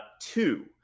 two